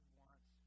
wants